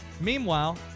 Meanwhile